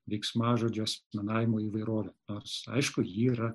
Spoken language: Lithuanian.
veiksmažodžių asmenavimo įvairovę nors aišku ji yra